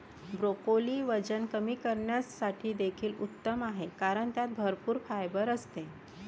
broccoli वजन कमी करण्यासाठी देखील उत्तम आहे कारण त्यात भरपूर फायबर असते